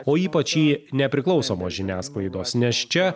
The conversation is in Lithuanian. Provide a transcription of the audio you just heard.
o ypač į nepriklausomos žiniasklaidos nes čia